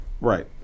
Right